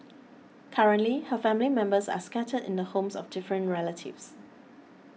currently her family members are scattered in the homes of different relatives